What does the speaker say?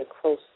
close